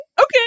okay